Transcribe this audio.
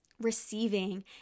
Receiving